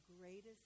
greatest